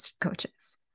coaches